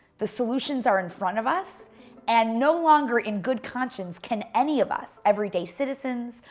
the solutions are in front of us and no longer in good conscience can any of us, everyday citizens,